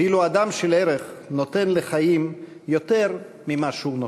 ואילו אדם של ערך נותן לחיים יותר ממה שהוא נוטל".